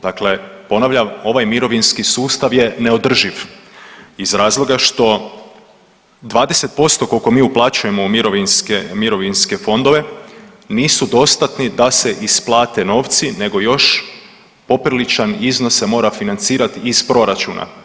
Dakle, ponavljam ovaj mirovinski sustav je neodrživ iz razloga što 20% koliko mi uplaćujemo u mirovinske fondove nisu dostatni da se isplate novci nego još popriličan iznos se mora financirati iz proračuna.